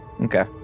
Okay